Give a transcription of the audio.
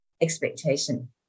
expectation